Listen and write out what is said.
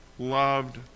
Loved